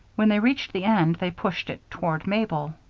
when they reached the end, they pushed it toward mabel.